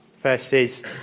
versus